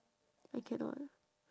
I cannot